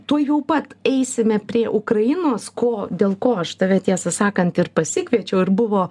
tuojau pat eisime prie ukrainos ko dėl ko aš tave tiesą sakant ir pasikviečiau ir buvo